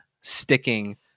sticking